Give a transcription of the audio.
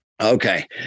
okay